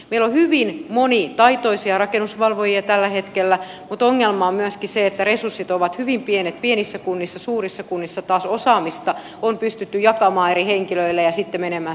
meillä on hyvin monitaitoisia rakennusvalvojia tällä hetkellä mutta ongelma on myöskin se että resurssit ovat hyvin pienet pienissä kunnissa suurissa kunnissa taas osaamista on pystytty jakamaan eri henkilöille ja sitten menemään syvemmälle